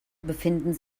befindet